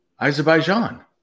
Azerbaijan